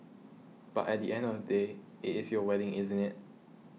but at the end of the day it is your wedding isn't it